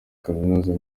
kaminuza